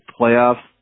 playoffs